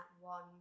one